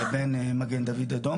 לבין מגן דוד אדום.